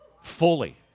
fully